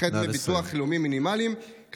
וכן דמי ביטוח לאומי מינימליים, נא לסיים.